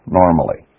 normally